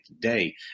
today